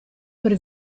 per